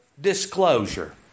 disclosure